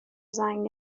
زنگ